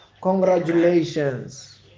Congratulations